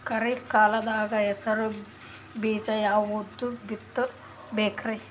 ಖರೀಪ್ ಕಾಲದಾಗ ಹೆಸರು ಬೀಜ ಯಾವದು ಬಿತ್ ಬೇಕರಿ?